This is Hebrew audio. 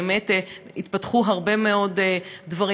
באמת, התפתחו הרבה מאוד דברים.